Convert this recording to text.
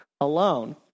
alone